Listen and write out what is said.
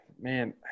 man